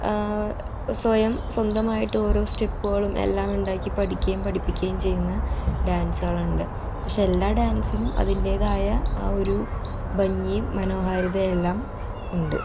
സ്വയം സ്വന്തമായിട്ടോരോ സ്റ്റെപ്പുകളും എല്ലാം ഉണ്ടാക്കി പഠിക്കുകയും പഠിപ്പിക്കുകയും ചെയ്യുന്ന ഡാൻസുകളുണ്ട് എല്ലാ ഡാൻസിനും അതിൻറേതായ ആ ഒരു ഭംഗിയും മനോഹാര്യതയെല്ലാം ഉണ്ട്